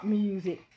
music